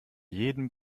jeden